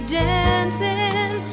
dancing